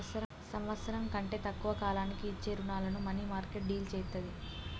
సంవత్సరం కంటే తక్కువ కాలానికి ఇచ్చే రుణాలను మనీమార్కెట్ డీల్ చేత్తది